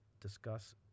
discuss